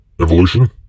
evolution